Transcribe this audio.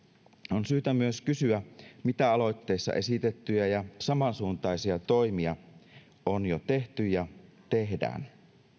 on syytä myös kysyä mitä aloitteessa esitettyjä ja samansuuntaisia toimia on jo tehty ja tehdään